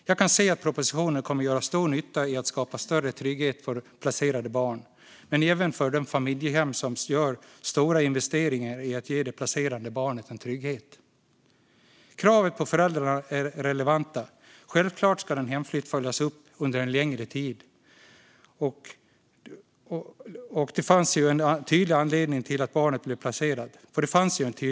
Jag kan se att propositionen kommer att göra stor nytta när det gäller att skapa större trygghet för placerade barn, men även för de familjehem som gör stora investeringar i att ge det placerade barnet en trygghet. Kraven på föräldrarna är relevanta. Självklart ska en hemflytt följas upp under en längre tid, för det fanns ju en tydlig anledning till att barnet blev placerat.